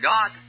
God